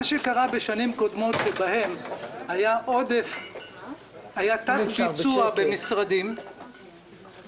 בשנים קודמות שבהן היה תת-ביצוע במשרדים